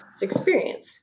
Experience